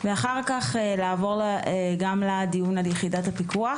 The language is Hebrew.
ואחר כך לעבור גם לדיון על יחידת הפיקוח